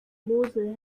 mosel